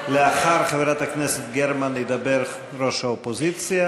לאחר חברת הכנסת גרמן ידבר ראש האופוזיציה,